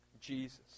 Jesus